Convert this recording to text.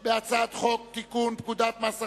של הצעת חוק לתיקון פקודת מס הכנסה.